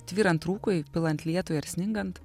tvyrant rūkui pilant lietui ar sningant